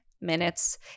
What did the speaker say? minutes